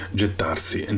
gettarsi